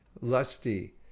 lusty